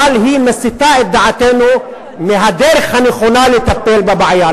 אבל היא מסיטה את דעתנו מהדרך הנכונה לטפל בבעיה.